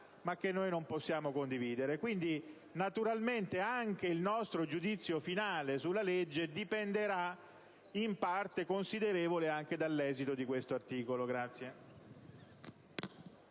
ma che noi non possiamo condividere. Preannuncio che naturalmente il nostro giudizio finale sulla legge dipenderà in parte considerevole anche dall'esito di questo articolo.